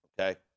okay